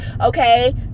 Okay